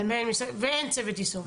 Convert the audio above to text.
ואין צוות יישום.